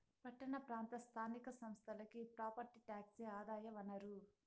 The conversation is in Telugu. పట్టణ ప్రాంత స్థానిక సంస్థలకి ప్రాపర్టీ టాక్సే ఆదాయ వనరు